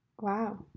Wow